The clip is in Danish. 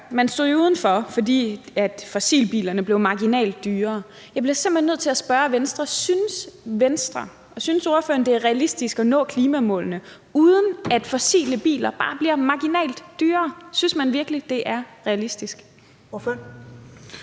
Man stod jo uden for, fordi fossilbilerne blev marginalt dyrere, og jeg bliver simpelt hen nødt til at spørge Venstre: Synes ordføreren, det er realistisk at nå klimamålene, uden at fossile biler bliver bare marginalt dyrere? Synes man virkelig, det er realistisk? Kl.